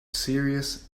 serious